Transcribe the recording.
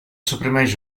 suprimeix